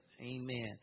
amen